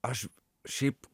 aš šiaip